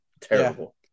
Terrible